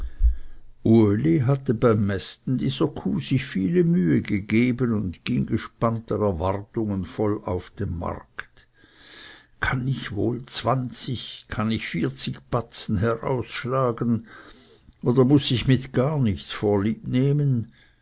uli hatte beim mästen dieser kuh sich viele mühe gegeben und ging gespannter erwartungen voll auf den markt kann ich wohl zwanzig kann ich vierzig batzen herausschlagen oder muß ich mit gar nichts